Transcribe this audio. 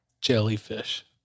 Jellyfish